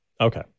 Okay